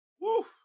Woo